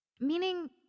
Meaning